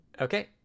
Okay